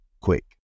quick